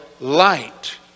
light